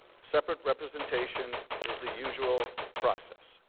separate representation, is the usual process.